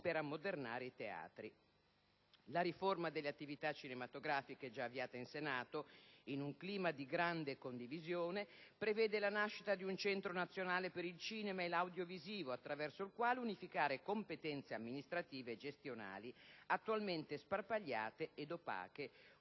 per ammodernare i teatri. La riforma delle attività cinematografiche (già avviata in Senato in un clima di grande condivisione) prevede la nascita di un Centro nazionale per il cinema e l'audiovisivo, attraverso il quale unificare competenze amministrative e gestionali attualmente sparpagliate ed opache,